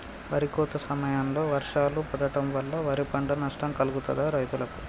వరి కోత సమయంలో వర్షాలు పడటం వల్ల పంట నష్టం కలుగుతదా రైతులకు?